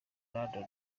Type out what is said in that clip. london